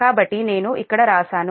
కాబట్టి నేను ఇక్కడ వ్రాశాను